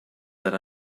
that